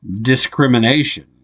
discrimination